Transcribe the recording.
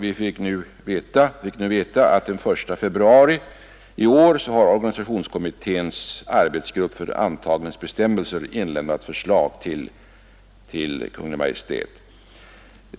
Vi fick nu veta att den 1 februari i år har organisationskommitténs arbetsgrupp för intagningsbestämmelser inlämnat förslag till Kungl. Maj:t.